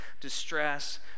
distress